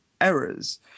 errors